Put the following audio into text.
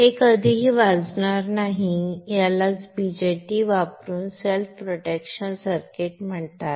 हे कधीही वाजणार नाही आणि यालाच BJT वापरून सेल्फ प्रोटेक्शन सर्किट म्हणतात